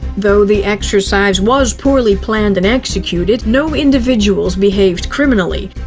though the exercise was poorly planned and executed, no individuals behaved criminally.